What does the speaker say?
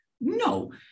No